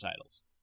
titles